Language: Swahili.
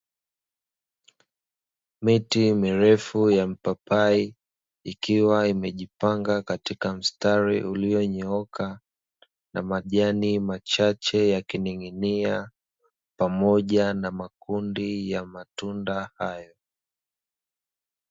Miti mirefu ya mpapai, ikiwa imejipanga katika mstari ulionyooka, na majani machache yakining'inia, pamoja na makundi ya matunda hayo.